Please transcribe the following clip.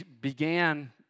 began